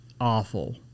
awful